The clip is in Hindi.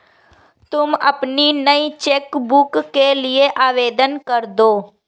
तुम अपनी नई चेक बुक के लिए आवेदन करदो